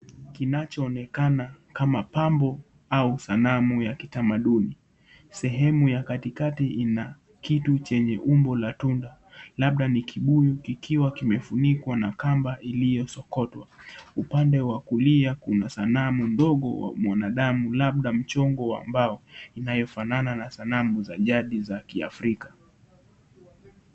Kinachoonekana kama pambo au sanamu ya kitamaduni sehemu ya katikati ina kitu lenye umbo la tunda labda ni kibuyu ikiwa imefunikwa na kamba iliyosokotwa upande wa kulia kuna sanamu ndogo la mwanaume labda mchongo wa mbao inayofanana sanamu za jadi za kiafrika .